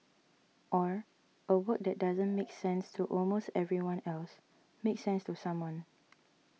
or a work that doesn't make sense to almost everyone else makes sense to someone